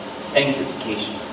sanctification